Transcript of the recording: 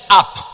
up